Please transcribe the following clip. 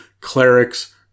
Clerics